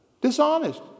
Dishonest